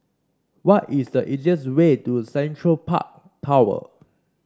what is the easiest way to Central Park Tower